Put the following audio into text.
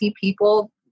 people